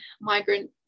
migrant